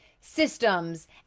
systems